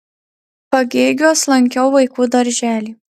pagėgiuos lankiau vaikų darželį